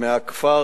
מהכפר